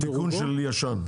או תיקון של ישן?